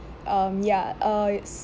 um ya uh it's